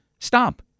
Stop